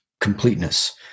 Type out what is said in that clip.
completeness